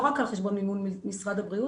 לא רק על חשבון מימון משרד הבריאות.